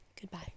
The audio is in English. goodbye